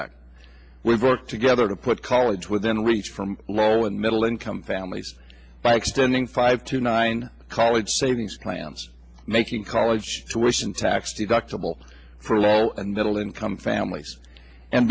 act we've worked together to put college within reach from low and middle income families by extending five to nine college savings plans making college tuition tax deductible for low and middle income families and